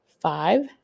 five